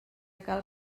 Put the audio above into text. cal